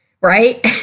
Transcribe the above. Right